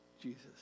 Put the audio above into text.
Jesus